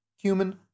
cumin